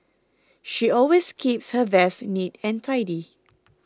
she always keeps her desk neat and tidy